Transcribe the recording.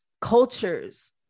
cultures